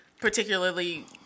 particularly